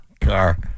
Car